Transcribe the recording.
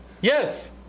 Yes